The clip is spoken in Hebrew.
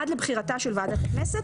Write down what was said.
עד לבחירתה של ועדת הכנסת,